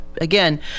again